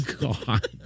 God